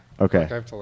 Okay